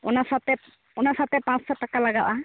ᱚᱱᱟ ᱥᱟᱣᱛᱮ ᱚᱱᱟᱥᱟᱣᱛᱮ ᱯᱟᱸᱪᱥᱚ ᱴᱟᱠᱟ ᱞᱟᱜᱟᱣ ᱟ